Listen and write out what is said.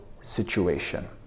situation